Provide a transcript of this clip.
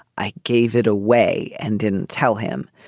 i gave it away and didn't tell him.